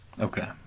Okay